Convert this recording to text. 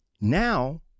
now